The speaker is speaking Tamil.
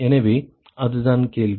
எனவே அதுதான் கேள்வி